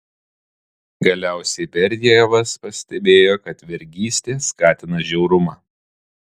galiausiai berdiajevas pastebėjo kad vergystė skatina žiaurumą